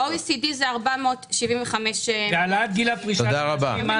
ה-OECD זה 475 --- והעלאת הפרישה לנשים,